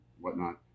whatnot